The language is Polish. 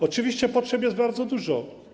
Oczywiście potrzeb jest bardzo dużo.